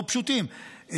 לא פשוטים,